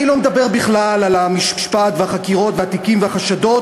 אני לא מדבר בכלל על המשפט והחקירות והתיקים והחשדות.